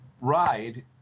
ride